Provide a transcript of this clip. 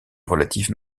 relative